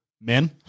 men